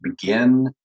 begin